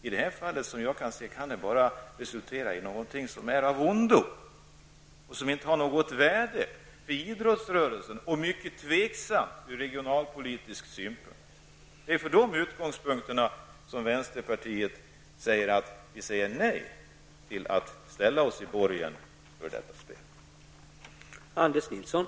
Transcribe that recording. I det här fallet kan det bara resultera i något som är av ondo och inte har något värde för idrottsrörelsen och dessutom är mycket tveksamt ur regionalpolitisk synpunkt. Det är med de utgångspunkterna vänsterpartiet säger nej till att gå i borgen för detta evenemang.